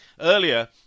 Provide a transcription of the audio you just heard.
Earlier